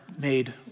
made